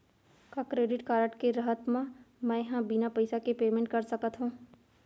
का credit card के रहत म, मैं ह बिना पइसा के पेमेंट कर सकत हो?